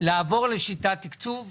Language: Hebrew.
לעבור לשיטת תקצוב מסודרת.